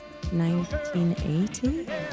1980